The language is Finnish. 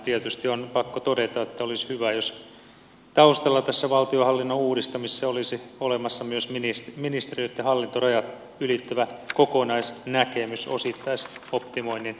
tietysti on pakko todeta että olisi hyvä jos taustalla tässä valtionhallinnon uudistamisessa olisi olemassa myös ministeriöitten hallintorajat ylittävä kokonaisnäkemys osittaisoptimoinnin välttämiseksi